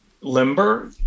limber